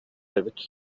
эбит